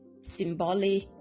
symbolic